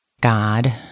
God